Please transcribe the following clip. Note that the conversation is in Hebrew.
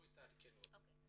אוקיי.